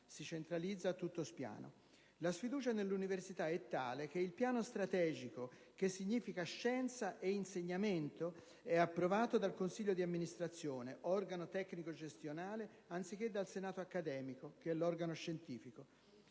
si centralizza a tutto spiano. La sfiducia nell'università è tale che il piano strategico - che significa scienza e insegnamento - è approvato dal consiglio di amministrazione, organo tecnico-gestionale, anziché dal senato accademico, che è l'organo scientifico.